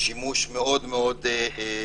הוא שימוש מאוד מאוד פוגעני,